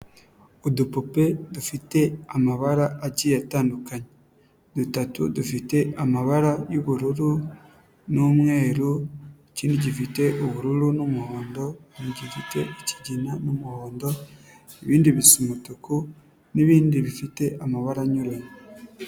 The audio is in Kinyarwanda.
Udupupe dufite amabara agiye atandukanye, dutatu dufite amabara y'ubururu n'umweru, ikindi gifite ubururu n'umuhondo, ikindi gifite ikigina n'umuhondo, ibindi bisa umutuku, n'ibindi bifite amabara anyuranye.